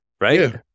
right